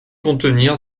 contenir